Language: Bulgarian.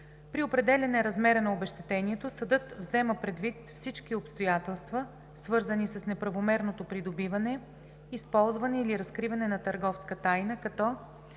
При определяне размера на обезщетението съдът взема предвид всички обстоятелства, свързани с неправомерното придобиване, използване или разкриване на търговска тайна, като: